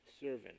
servant